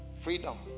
freedom